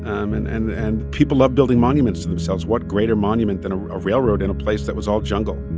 um and and and people love building monuments to themselves what greater monument than a railroad in a place that was all jungle?